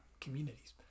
communities